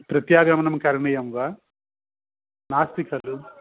प्रत्यागमनं करणीयं वा नास्ति खलु